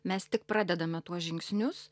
mes tik pradedame tuos žingsnius